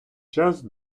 час